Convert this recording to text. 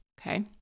Okay